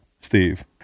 Steve